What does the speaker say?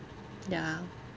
ya